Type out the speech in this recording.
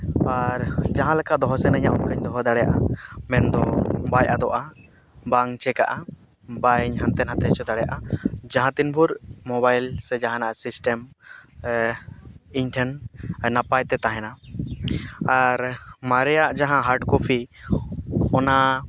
ᱟᱨ ᱡᱟᱦᱟᱸ ᱞᱮᱠᱟ ᱫᱚᱦᱚ ᱥᱟᱱᱟᱧᱟ ᱚᱱᱠᱟᱧ ᱫᱚᱦᱚ ᱫᱟᱲᱮᱭᱟᱜᱼᱟ ᱢᱮᱱᱫᱚ ᱵᱟᱭ ᱟᱫᱚᱜᱼᱟ ᱵᱟᱝ ᱪᱤᱠᱟᱹᱜᱼᱟ ᱵᱟᱹᱧ ᱦᱟᱱᱛᱮ ᱱᱟᱛᱮ ᱦᱚᱪᱚ ᱫᱟᱲᱮᱭᱟᱜᱼᱟ ᱡᱟᱦᱟᱸ ᱛᱤᱱ ᱵᱷᱳᱨ ᱢᱳᱵᱟᱭᱤᱞ ᱥᱮ ᱡᱟᱦᱟᱱᱟᱜ ᱥᱤᱥᱴᱮᱢ ᱤᱧᱴᱷᱮᱱ ᱱᱟᱯᱟᱭ ᱛᱮ ᱛᱟᱦᱮᱱᱟ ᱟᱨ ᱢᱟᱨᱮᱭᱟᱜ ᱡᱟᱦᱟᱸ ᱦᱟᱨᱰ ᱠᱚᱯᱤ ᱚᱱᱟ